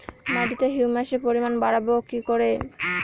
মাটিতে হিউমাসের পরিমাণ বারবো কি করে?